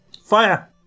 fire